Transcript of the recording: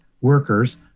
workers